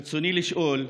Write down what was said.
ברצוני לשאול: